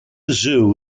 zoo